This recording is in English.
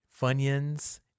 Funyuns